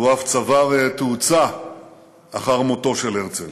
והוא אף צבר תאוצה אחר מותו של הרצל,